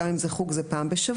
גם אם זה חוג הם מתראים פעם בשבוע.